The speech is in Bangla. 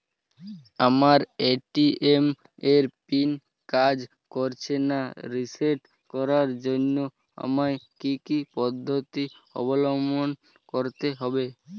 আমার এ.টি.এম এর পিন কাজ করছে না রিসেট করার জন্য আমায় কী কী পদ্ধতি অবলম্বন করতে হবে?